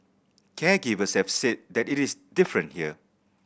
caregivers have said that it is different here